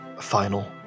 Final